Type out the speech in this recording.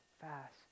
fast